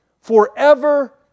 forever